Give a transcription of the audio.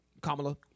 Kamala